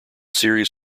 series